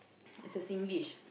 is a Singlish